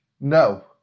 no